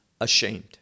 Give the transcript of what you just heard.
ashamed